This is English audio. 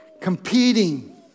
competing